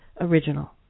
original